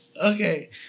Okay